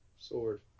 Sword